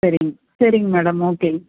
சரிங்க சரிங்க மேடம் ஓகேங்க